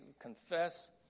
confess